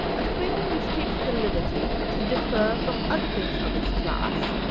a thing which takes the liberty to differ from other things of its class,